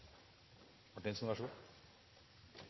– vær så god.